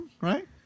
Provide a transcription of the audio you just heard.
Right